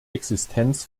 existenz